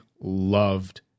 loved